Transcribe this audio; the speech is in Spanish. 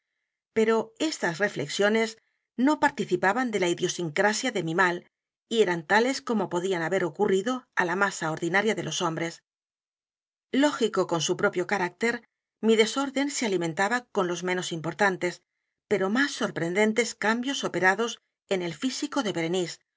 a s reflexiones no participaban de la idiosincracia de mi mal y eran tales como podían haber ocurrido á la masa ordinaria de los hombres lógico con su propio carácter mi desorden se alimentaba con los menos i m portantes pero m á s sorprendentes cambios operados en el físico de berenice